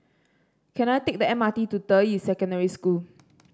can I take the M R T to Deyi Secondary School